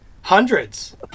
Hundreds